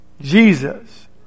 Jesus